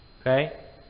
Okay